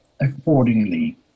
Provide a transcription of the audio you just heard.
accordingly